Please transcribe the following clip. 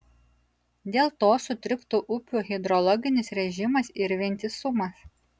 dėl to sutriktų upių hidrologinis režimas ir vientisumas